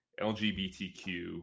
LGBTQ